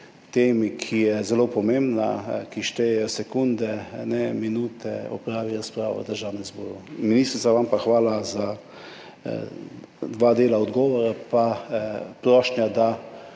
temi, ki je zelo pomembna, kjer štejejo sekunde, ne minute, opravi razprava v Državnem zboru. Ministrica, vam pa hvala za dva dela odgovora in prošnja, da